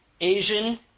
Asian